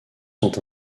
sont